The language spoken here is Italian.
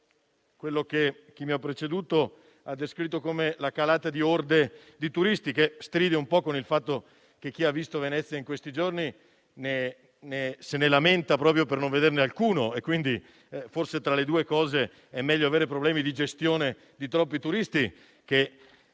quello che chi mi ha preceduto ha descritto come la calata di orde di turisti, che stride un po' con il fatto che chi ha visto Venezia in questi giorni si lamenta proprio di non vederne alcuno; forse, tra le due cose, è meglio avere problemi di gestione di troppi turisti che